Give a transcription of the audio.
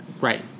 Right